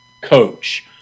coach